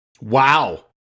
Wow